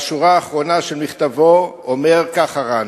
בשורה האחרונה של מכתבו אומר רן ככה: